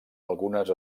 algunes